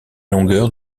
longueur